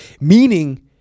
Meaning